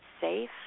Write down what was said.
safe